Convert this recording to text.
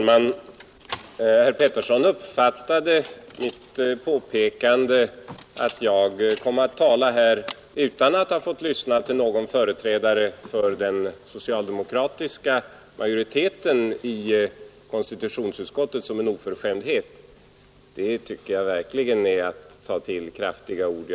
Herr talman! Mitt påpekande, att jag kom att tala här utan att ha fått lyssna till någon företrädare för den socialdemokratiska majoriteten i konstitutionsutskottet, uppfattade herr Pettersson i Visby som en oförskämdhet. Det tycker jag verkligen är att ta till kraftiga ord.